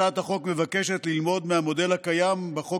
הצעת החוק מבקשת ללמוד מהמודל הקיים בחוק